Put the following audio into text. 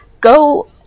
go